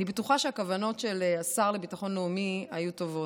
אני בטוחה שהכוונות של השר לביטחון הלאומי היו טובות.